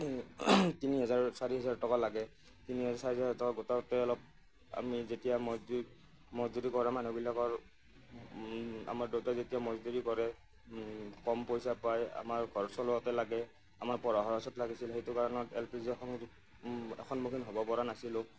তিনি হাজাৰ চাৰি হাজাৰ টকা লাগে তিনি হাজাৰ চাৰি হাজাৰ টকা গোটাওতেই অলপ আমি যেতিয়া মজদুৰি মজদুৰি কৰা মানুহবিলাকৰ আমাৰ দেউতাই যেতিয়া মজদুৰি কৰে কম পইচা পাই আমাৰ ঘৰ চলাওঁতেই লাগে আমাৰ পঢ়া খৰচত লাগিছিল সেইটো কাৰণত এল পি জিৰ সংযোগ সন্মুখীন হ'ব পৰা নাছিলোঁ